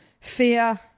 fear